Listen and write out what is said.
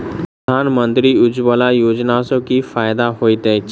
प्रधानमंत्री उज्जवला योजना सँ की फायदा होइत अछि?